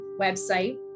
website